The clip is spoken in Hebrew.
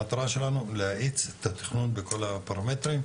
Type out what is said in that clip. המטרה שלנו להאיץ את התכנון בכל הפרמטרים,